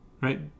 right